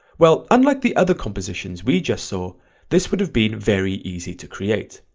well unlike the other compositions we just saw this would have been very easy to create,